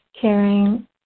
caring